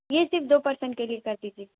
یہ صرف دو پرسن کے لیے کر دیجیے